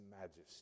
majesty